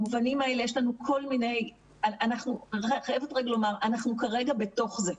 אנחנו כרגע בתוך זה,